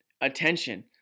attention